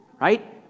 right